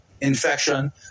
infection